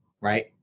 right